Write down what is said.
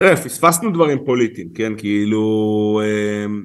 תראה, פספסנו דברים פוליטיים, כן? כאילו...